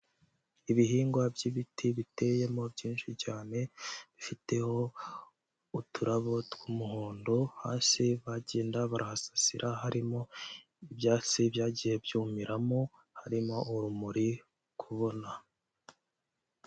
Ibihingwa by'ibiti biteyemo byinshi cyane bifiteho uturabo tw'umuhondo, hasi bagenda barahasasira harimo ibyatsi byagiye byumiramo harimo urumuri kubona.